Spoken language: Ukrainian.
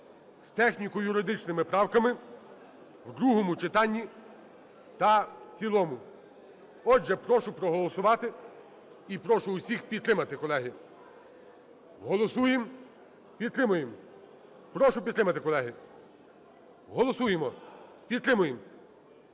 з техніко-юридичними правками в другому читанні та в цілому. Отже, прошу проголосувати і прошу всіх підтримати, колеги. Голосуємо, підтримуємо. Прошу підтримати, колеги. Голосуємо, підтримуємо.